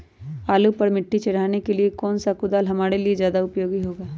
आलू पर मिट्टी चढ़ाने के लिए कौन सा कुदाल हमारे लिए ज्यादा उपयोगी होगा?